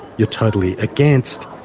you're totally against,